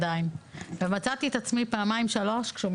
גם רב פעמיות גדולות וגם הקטנות,